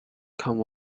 come